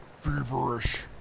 Feverish